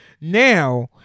Now